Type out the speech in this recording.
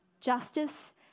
justice